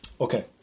Okay